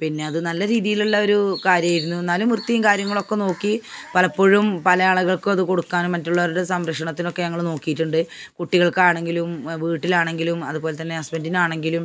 പിന്നെ അതു നല്ല രീതിയിലുള്ള ഒരു കാര്യമായിരുന്നു എന്നാലും വൃത്തിയും കാര്യങ്ങളൊക്കെ നോക്കി പലപ്പോഴും പല ആളികൾക്കത് കൊടുക്കാനും മറ്റുള്ളവരുടെ സംരക്ഷണത്തിനൊക്കെ ഞങ്ങൾ നോക്കിയിട്ടുണ്ട് കുട്ടികൾക്കാണെങ്കിലും വീട്ടിലാണെങ്കിലും അതുപോലെതന്നെ ഹസ്ബൻറ്റിനാണെങ്കിലും